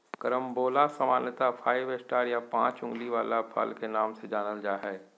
carambola सामान्यत five star या पाँच उंगली वला फल के नाम से जानल जा हय